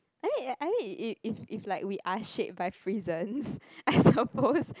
I mean I mean if if if like we are shaped by prisons I suppose